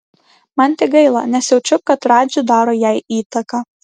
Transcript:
man tik gaila nes jaučiu kad radži daro jai įtaką